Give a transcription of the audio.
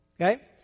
okay